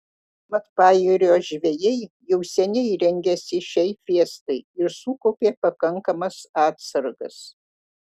mat pajūrio žvejai jau seniai rengėsi šiai fiestai ir sukaupė pakankamas atsargas